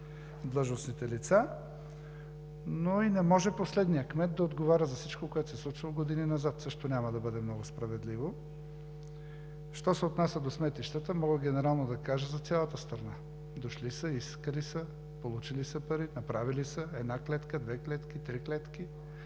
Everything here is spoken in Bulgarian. длъжностните лица, но и не може последният кмет да отговаря за всичко, което се случва години назад. Също няма да бъде много справедливо. Що се отнася до сметищата мога генерално да кажа за цялата страна. Дошли са, искали са, получили са пари, направили са една клетка, две клетки, три клетки.